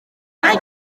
ganddo